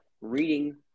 reading